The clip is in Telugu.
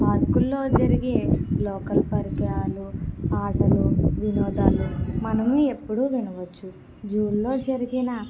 పార్కుల్లో జరిగే లోకల్ పరికరాలు ఆటలు వినోదాలు మనం ఎప్పుడు వినవచ్చు జూల్లో జరిగిన